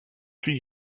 three